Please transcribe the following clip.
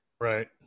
right